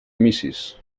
mrs